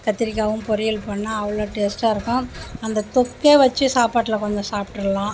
கத்திரி காயும் பொரியல் பண்ணிணா அவ்வளோ டேஸ்ட்டாக இருக்கும் அந்த தொக்கை வச்சு சாப்பாட்டில் கொஞ்சம் சாப்பிட்ருலாம்